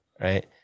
right